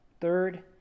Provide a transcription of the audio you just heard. Third